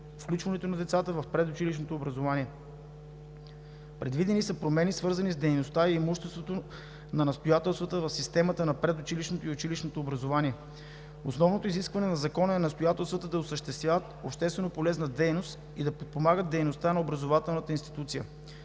включването на децата в предучилищното образование. Предвидени са промени, свързани с дейността и имуществото на настоятелствата в системата на предучилищното и училищното образование. Основното изискване на Закона е настоятелствата да осъществяват общественополезна дейност и да подпомагат дейността на образователната институция.